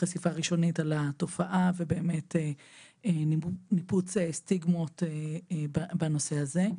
חשיפה ראשונית על התופעה ובאמת ניפוץ סטיגמות בנושא הזה.